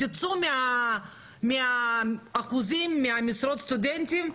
תצאו מהאחוזים, ממשרות הסטודנטים.